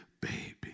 baby